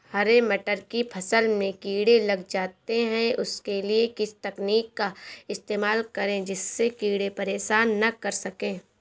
हरे मटर की फसल में कीड़े लग जाते हैं उसके लिए किस तकनीक का इस्तेमाल करें जिससे कीड़े परेशान ना कर सके?